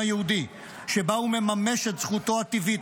היהודי שבה הוא מממש את זכותו הטבעית,